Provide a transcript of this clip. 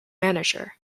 manager